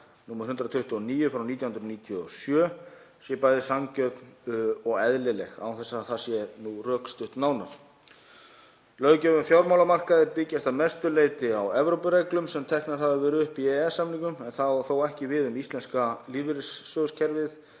nr. 129/1997, sé bæði sanngjörn og eðlileg án þess að það sé rökstutt nánar. Löggjöf á fjármálamarkaði byggist að mestu leyti á Evrópureglum sem teknar hafa verið upp í EES-samninginn en það á þó ekki við um íslenska lífeyriskerfið